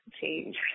change